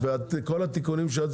ולגמרי שיקפנו.